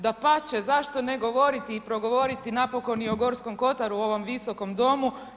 Dapače, zašto ne govoriti i progovoriti napokon i o Gorskom Kotaru u ovom Visokom domu.